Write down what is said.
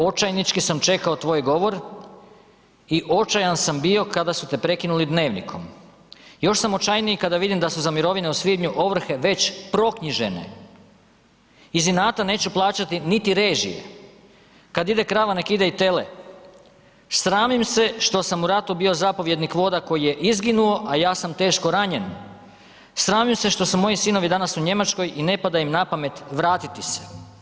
Očajnički sam čekao tvoj govor i očajan sam bio kada su te prekinuli dnevnikom, još sam očajniji kada vidim da su za mirovine u svibnju ovrhe već proknjižene, iz inata neću plaćati niti režije, kad ide krava nek ide i tele, sramim se što sam u ratu bio zapovjednik voda koji je izginuo, a ja sam teško ranjen, sramim se što su moji sinovi danas u Njemačkoj i ne pada im napamet vratiti se.